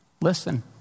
Listen